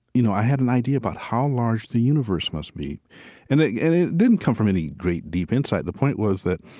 you know, i had an idea about how large the universe must be and and it didn't come from any great deep insight. the point was that,